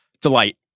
delight